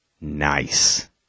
nice